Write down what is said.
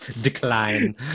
Decline